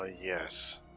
yes